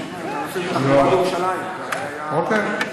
אוקיי,